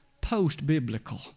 Post-biblical